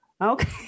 okay